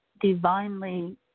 divinely